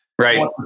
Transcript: Right